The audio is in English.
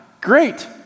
great